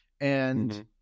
and-